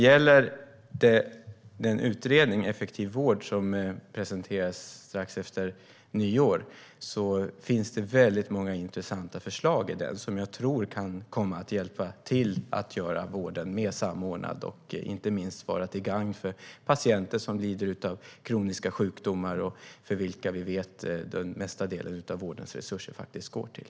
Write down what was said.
I utredningen Effektiv vård , som presenterades strax efter nyår, finns det många intressanta förslag som jag tror kan hjälpa till att göra vården mer samordnad och inte minst vara till gagn för patienter som lider av kroniska sjukdomar och som vi vet att största delen av vårdens resurser faktiskt går till.